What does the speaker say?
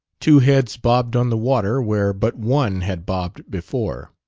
two heads bobbed on the water where but one had bobbed before.